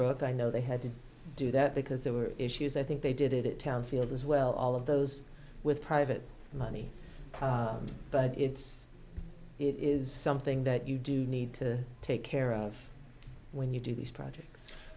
g i know they had to do that because there were issues i think they did it town field as well all of those with private money but it's it is something that you do need to take care of when you do these projects